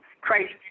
Christ